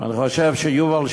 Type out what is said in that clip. ואני חושב שיובל שטייניץ,